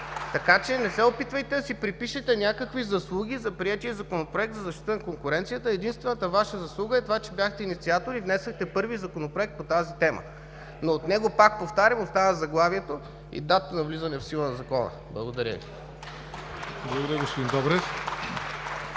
Така че не се опитвайте да си припишете някакви заслуги за приетия Законопроект за защита на конкуренцията. Единствената Ваша заслуга е това, че бяхте инициатори и внесохте първи законопроект по тази тема. Но от него, пак повтарям, остана заглавието и датата на влизане в сила на Закона. Благодаря Ви.